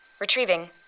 Retrieving